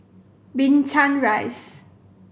Binchang Rise